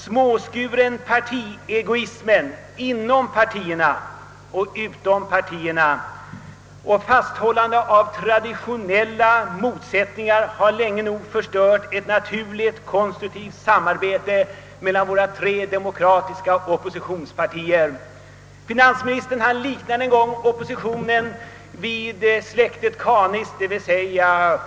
Småskuren partiegoism inom och utom partierna och fasthållande vid traditionella motsättningar har länge nog förstört ett naturligt konstruktivt samarbete mellan våra tre demokratiska oppositionspartier.